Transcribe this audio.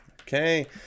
okay